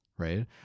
right